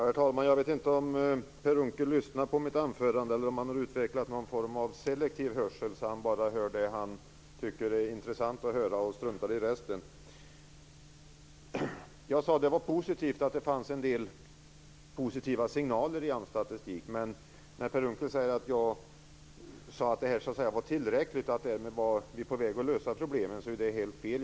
Herr talman! Jag vet inte om Per Unckel lyssnade på mitt anförande eller om han har utvecklat någon form av selektiv hörsel så att han bara hör det han tycker är intressant att höra och struntar i resten. Jag sade att det var positivt att det fanns en del positiva signaler i AMS statistik. Men när Per Unckel säger att jag sade att det var tillräckligt och att vi var på väg att lösa problemen, är det helt fel.